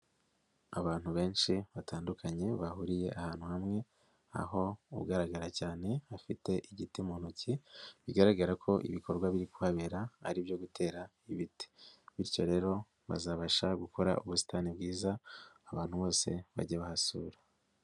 Abantu benshi batandukanye bahuriye ahantu hamwe, aho ugaragara cyane afite igiti mu ntoki, bigaragara ko ibikorwa biri kuhabera ari ibyo gutera ibiti bityo rero bazabasha gukora ubusitani bwiza, abantu bose bajye bahasura.